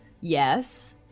Yes